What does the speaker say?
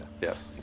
Yes